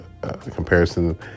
comparison